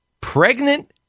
pregnant